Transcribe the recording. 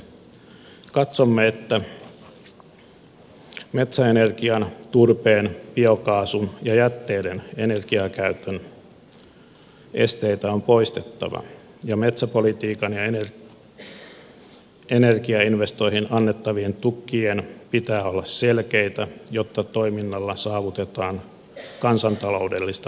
katsomme että metsäenergian turpeen biokaasun ja jätteiden energiakäytön esteitä on poistettava ja metsäpolitiikan ja energiainvestointeihin annettavien tukien pitää olla selkeitä jotta toimilla saavutetaan kansantaloudellista hyötyä